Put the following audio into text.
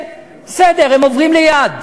בסדר, שהם עוברים ליד,